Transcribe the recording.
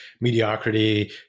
mediocrity